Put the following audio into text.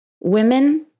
Women